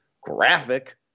Graphic